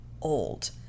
old